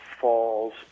Falls